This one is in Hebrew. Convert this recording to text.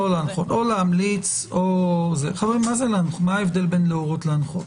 מה ההבדל בין להורות ולהנחות?